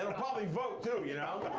and probably vote, too, you know.